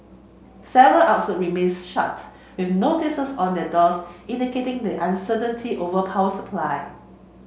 several outlets remained shut with notices on their doors indicating the uncertainty over power supply